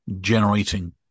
generating